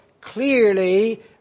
clearly